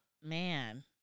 man